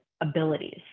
abilities